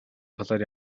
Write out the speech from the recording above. талаар